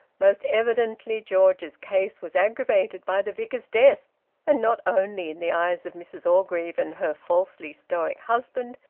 most evidently george's case was aggravated by the vicar's death and not only in the eyes of mrs orgreave and her falsely stoic husband,